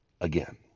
again